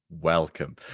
Welcome